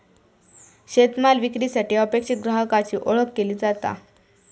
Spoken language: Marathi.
शेतमाल विक्रीसाठी अपेक्षित ग्राहकाची ओळख केली जाता